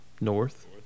North